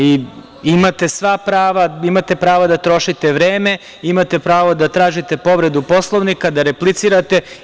Imate sva prava, imate prava da trošite vreme, imate pravo da tražite povredu Poslovnika, da replicirate.